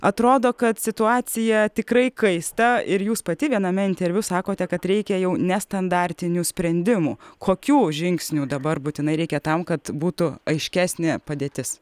atrodo kad situacija tikrai kaista ir jūs pati viename interviu sakote kad reikia jau nestandartinių sprendimų kokių žingsnių dabar būtinai reikia tam kad būtų aiškesnė padėtis